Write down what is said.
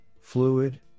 fluid